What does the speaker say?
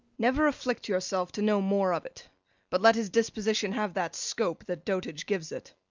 never afflict yourself to know more of it but let his disposition have that scope that dotage gives it.